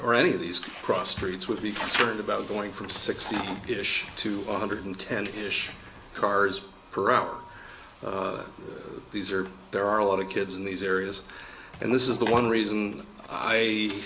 or any of these cross streets would be concerned about going from sixty ish to one hundred ten cars per hour these are there are a lot of kids in these areas and this is the one reason i